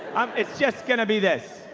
it's just going to be this.